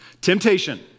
Temptation